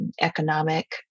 economic